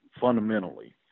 fundamentally